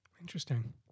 Interesting